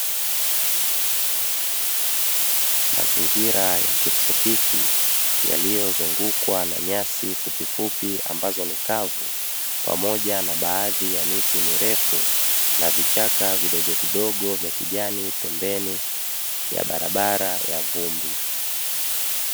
Mazingira ya kitropiki yaliyozungukwa na nyasi fupifupi, ambazo ni kavu pamoja na baadhi ya miti mirefu na vichaka vidogo vidogo vya kijani pembeni ya barabara ya vumbi.